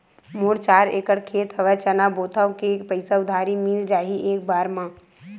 मोर चार एकड़ खेत हवे चना बोथव के पईसा उधारी मिल जाही एक बार मा?